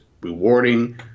rewarding